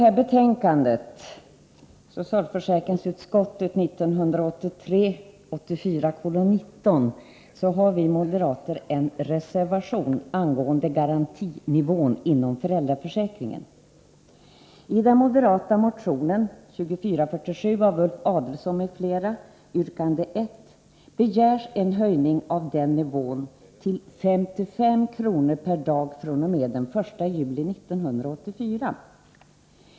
Fru talman! Till socialförsäkringsutskottets betänkande 1983/84:19 har vi moderater avgivit en reservation angående garantinivån inom föräldraförsäkringen. I den moderata motionen 2447 av Ulf Adelsohn m.fl., yrkande 1, begärs en höjning av den nivån till 55 kr. per dag fr.o.m. den 1 juli 1984.